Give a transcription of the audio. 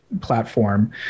platform